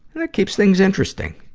and it keeps things interesting.